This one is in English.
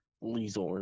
Lizard